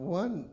one